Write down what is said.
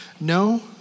No